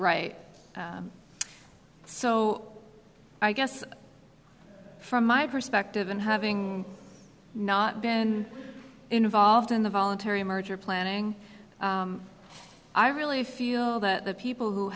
right so i guess from my perspective in having not been involved in the voluntary merger planning i really feel that the people who